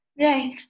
Right